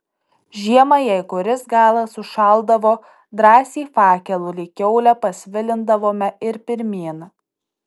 žiemą jei kuris galas užšaldavo drąsiai fakelu lyg kiaulę pasvilindavome ir pirmyn